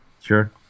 Sure